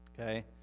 Okay